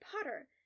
Potter